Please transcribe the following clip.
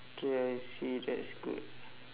okay I see that's good